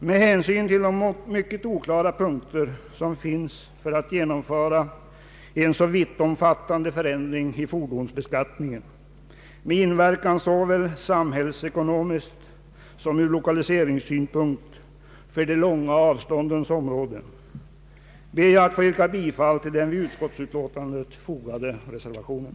Med hänsyn till de mycket oklara punkter som finns i försla get till så omfattande förändring i fordonsbeskattningen, med inverkan såväl samhällsekonomiskt som ur lokaliseringssynpunkt för de långa avståndens områden, ber jag att få yrka bifall till den vid utskottsbetänkandet fogade reservationen.